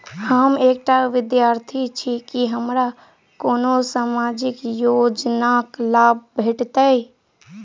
हम एकटा विद्यार्थी छी, की हमरा कोनो सामाजिक योजनाक लाभ भेटतय?